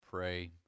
Pray